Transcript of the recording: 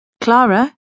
Clara